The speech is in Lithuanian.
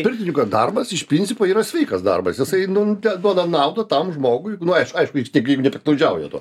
pirtininko darbas iš principo yra sveikas darbas jisai nu duoda naudą tam žmogui nu aiš aišku jis tik jeigu nepiktnaudžiauja tuo